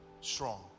Strong